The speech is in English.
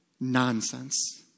nonsense